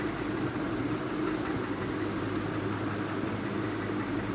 प्रधानमंत्री कृषि विकास योजना के तहत पचास हजार रुपिया मिलत हवे